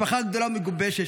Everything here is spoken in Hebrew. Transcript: משפחה גדולה ומגובשת,